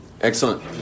Excellent